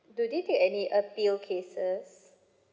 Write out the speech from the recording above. do they take any appeal cases